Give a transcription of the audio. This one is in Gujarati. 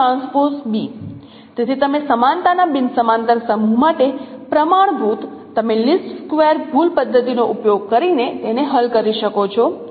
તેથી તમે સમાનતાના બિન સમાંતર સમૂહ માટે પ્રમાણભૂત તમે લીસ્ટ સ્ક્વેર ભૂલ પદ્ધતિનો ઉપયોગ કરીને તેને હલ કરી શકો છો